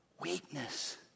Weakness